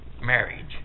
marriage